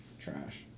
trash